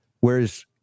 Whereas